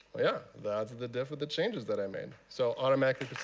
yeah, that's the diff of the changes that i made. so automatically,